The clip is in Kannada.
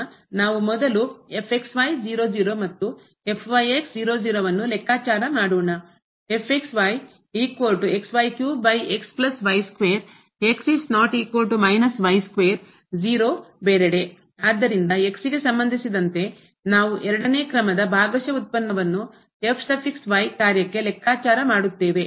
ನಾವು ಮೊದಲು ಮತ್ತು ಅನ್ನು ಲೆಕ್ಕಾಚಾರ ಮಾಡೋಣ ಆದ್ದರಿಂದ x ಗೆ ಸಂಬಂಧಿಸಿದಂತೆ ನಾವು ಎರಡನೇ ಕ್ರಮದ ಭಾಗಶಃ ವ್ಯುತ್ಪನ್ನವನ್ನು ಕಾರ್ಯಕ್ಕೆ ಲೆಕ್ಕಾಚಾರ ಮಾಡುತ್ತೇವೆ